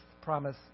Promise